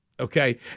Okay